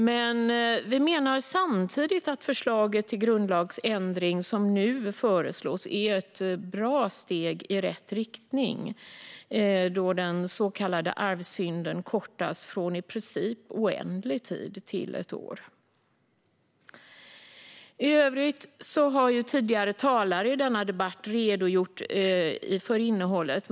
Men vi menar samtidigt att det nu aktuella förslaget till grundlagsändring är ett steg i rätt riktning, då den så kallade arvsynden kortas från i princip oändlig tid till ett år. I övrigt har tidigare talare i denna debatt redogjort för innehållet i förslagen.